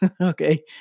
Okay